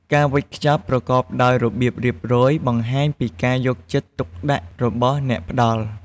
ការវេចខ្ចប់ប្រកបដោយរបៀបរៀបរយ បង្ហាញពីការយកចិត្តទុកដាក់របស់អ្នកផ្តល់។